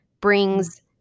brings